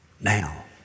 now